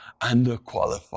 underqualified